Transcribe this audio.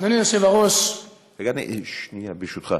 אדוני היושב-ראש, שנייה, ברשותך.